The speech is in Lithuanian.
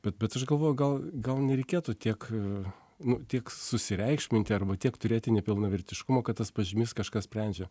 bet bet aš galvoju gal gal nereikėtų tiek nu tiek susireikšminti arba tiek turėti nepilnavertiškumo kad tas pažymys kažkas sprendžia